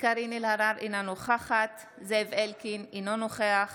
קארין אלהרר, אינה נוכחת זאב אלקין, אינו נוכח